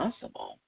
possible